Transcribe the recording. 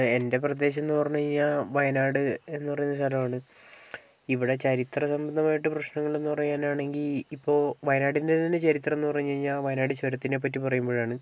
എൻ്റെ പ്രദേശം എന്ന് പറഞ്ഞു കഴിഞ്ഞാൽ വയനാട് എന്നു പറയുന്ന സ്ഥലമാണ് ഇവിടെ ചരിത്ര സംബന്ധമായിട്ട് പ്രശ്നങ്ങൾ എന്നു പറയാൻ ആണെങ്കിൽ ഇപ്പോൾ വയനാടിന്റെ തന്നെ ചരിത്രം എന്നു പറഞ്ഞു കഴിഞ്ഞാൽ വയനാട് ചുരത്തിനെപ്പറ്റി പറയുമ്പോഴാണ്